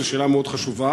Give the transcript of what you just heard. זו שאלה מאוד חשובה.